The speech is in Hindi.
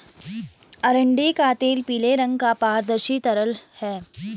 अरंडी का तेल पीले रंग का पारदर्शी तरल है